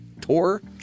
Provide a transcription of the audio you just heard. tour